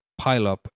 pileup